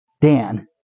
Dan